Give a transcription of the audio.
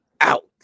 out